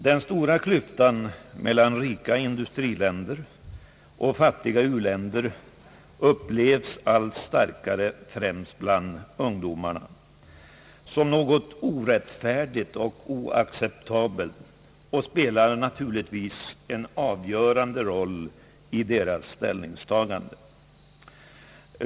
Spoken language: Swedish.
Den stora klyftan mellan rika industriländer och fattiga u-länder upplevs allt starkare, främst bland ungdomarna, som något orättfärdigt och oacceptabelt och spelar naturligtvis en avgörande roll i deras ställningstagande.